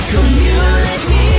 Community